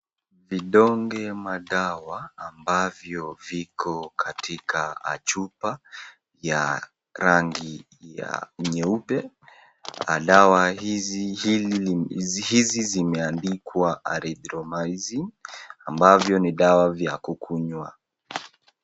Vidonge madawa ambavyo viko katika chupa ya rangi ya nyeupe . Dawa hizi hili hizi zimeandikwa Arithromycin ambavyo ni dawa vya kukunywa .